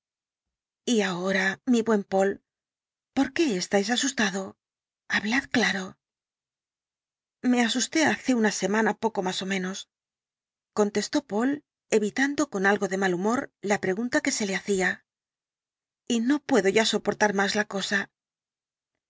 y ahora mi buen poole por qué estáis asustado hablad claro me asusté hace una semana poco más ó menos contestó poole evitando con algo de mal humor la pregunta que se le hacía y no puedo ya soportar más la cosa el